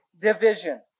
division